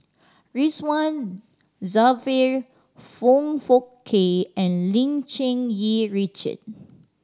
Ridzwan Dzafir Foong Fook Kay and Lim Cherng Yih Richard